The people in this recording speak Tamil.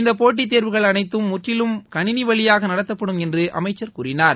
இந்த போட்டி தேர்வுகள் அனைத்தும் முற்றிலும் கணினி வழியாக நடத்தப்படும் என்று அமைச்சர் தெரிவித்தார்